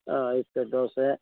ಹಾಂ ಐದು ಪ್ಲೇಟ್ ದೋಸೆ